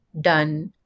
done